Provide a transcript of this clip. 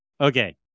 okay